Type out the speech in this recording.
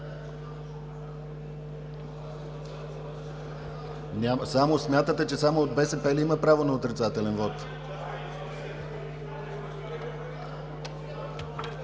Смятате, че само от БСП ли имате право за отрицателен вот?